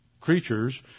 creatures